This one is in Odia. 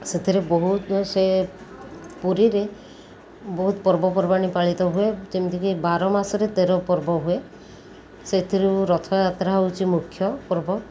ସେଥିରେ ବହୁତ ସେ ପୁରୀରେ ବହୁତ ପର୍ବପର୍ବାଣି ପାଳିତ ହୁଏ ଯେମିତିକି ବାର ମାସରେ ତେର ପର୍ବ ହୁଏ ସେଥିରୁ ରଥଯାତ୍ରା ହଉଛି ମୁଖ୍ୟ ପର୍ବ